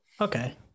Okay